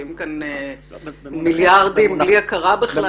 עפים כאן בוועדת כספים מיליארדים בלי הכרה בכלל.